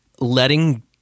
letting